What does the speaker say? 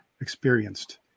experienced